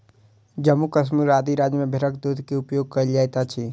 जम्मू कश्मीर आदि राज्य में भेड़क दूध के उपयोग कयल जाइत अछि